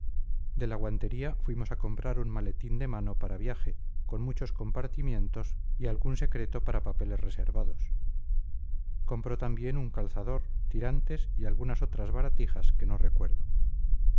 de la guantería fuimos a comprar un maletín de mano para viaje con muchos compartimientos y algún secreto para papeles reservados compró también un calzador tirantes y algunas otras baratijas que no recuerdo